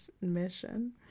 mission